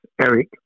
Eric